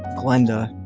glenda.